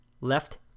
left